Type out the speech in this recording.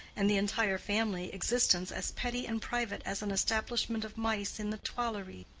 and the entire family existence as petty and private as an establishment of mice in the tuileries.